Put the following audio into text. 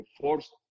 forced